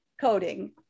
coding